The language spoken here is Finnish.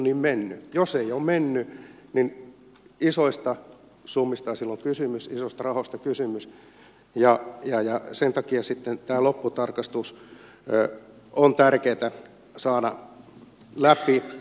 jos ei ole mennyt niin isoista summista on silloin kysymys isoista rahoista kysymys ja sen takia sitten tämä lopputarkastus on tärkeätä saada läpi